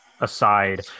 aside